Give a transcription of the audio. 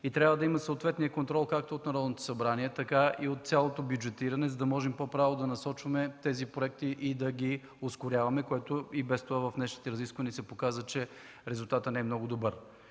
и трябва да има съответния контрол както от Народното събрание, така и от цялото бюджетиране, за да можем по-правилно да насочваме тези проекти и да ги ускоряваме, което и без това в днешните разисквания показа, че резултатът не е много добър?